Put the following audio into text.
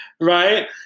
right